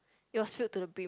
it was filled to the brim